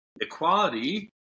Equality